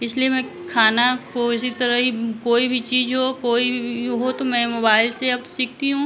इसलिए मैं खाना को इसी तरह ही कोई भी चीज हो कोई भी हो तो मैं मोबाइल से अब सीखती हूँ